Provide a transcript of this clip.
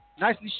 Nicely